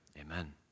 Amen